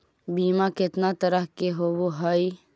बीमा कितना तरह के होव हइ?